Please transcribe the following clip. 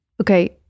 Okay